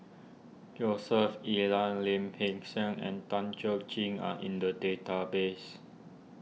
Joseph Elias Lim Peng Siang and Tan Chuan Jin are in the database